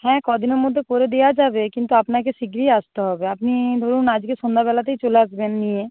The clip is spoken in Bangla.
হ্যাঁ কদিনের মধ্যে করে দেওয়া যাবে কিন্তু আপনাকে শিগগিরিই আসতে হবে আপনি ধরুন আজকে সন্ধ্যাবেলাতেই চলে আসবেন নিয়ে